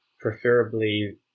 preferably